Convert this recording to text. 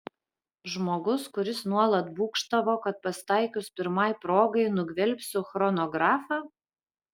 žmogus kuris nuolat būgštavo kad pasitaikius pirmai progai nugvelbsiu chronografą